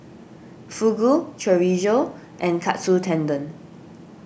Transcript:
Fugu Chorizo and Katsu Tendon